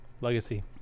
Legacy